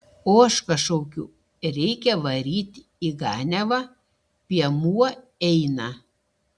ožką šaukiu reikia varyti į ganiavą piemuo eina